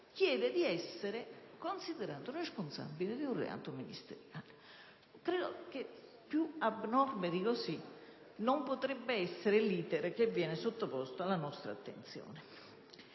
chiede di essere considerato responsabile di un reato ministeriale. Credo che più abnorme di così non potrebbe essere l'*iter* che viene sottoposto alla nostra attenzione.